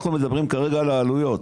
אנחנו מדברים כרגע על העלויות.